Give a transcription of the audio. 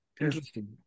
Interesting